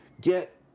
get